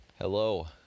Hello